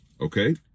okay